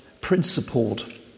principled